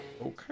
Okay